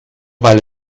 weil